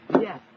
Yes